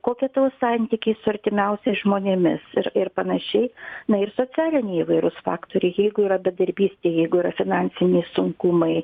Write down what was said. kokie tavo santykiai su artimiausiais žmonėmis ir ir panašiai na ir socialiniai įvairūs faktoriai jeigu yra bedarbystė jeigu yra finansiniai sunkumai